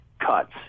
cuts